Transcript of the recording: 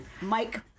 Mike